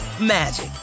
magic